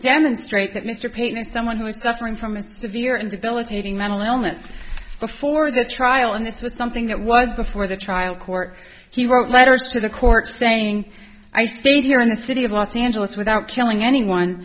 demonstrate that mr paine is someone who is suffering from a severe and debilitating mental illness before the trial and this was something that was before the trial court he wrote letters to the court saying i stayed here in the city of los angeles without killing anyone